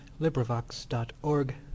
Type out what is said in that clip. LibriVox.org